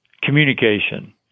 communication